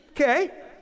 Okay